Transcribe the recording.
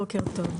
בוקר טוב.